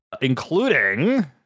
including